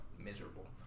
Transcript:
miserable